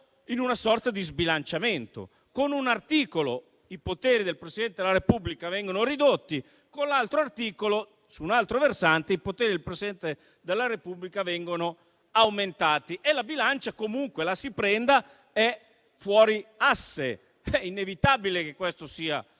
in una sorta di sbilanciamento. Con un articolo, i poteri del Presidente della Repubblica vengono ridotti, con l'altro, su un altro versante, i poteri del Presidente della Repubblica vengono aumentati e la bilancia comunque la si veda è fuori asse. È inevitabile che questo sia considerato